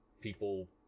people